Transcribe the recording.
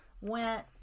went